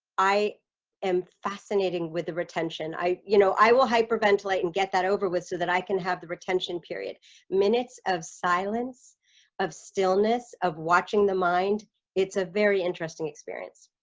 i am fascinating with the retention i you know i will hyperventilate and get that over with so that i can have the retention period minutes of silence of stillness of watching the mind it's a very interesting experience